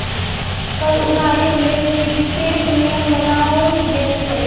कर उगाहीक लेल विशेष नियम बनाओल गेल छै